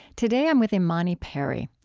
today, i'm with imani perry.